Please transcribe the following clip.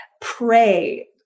pray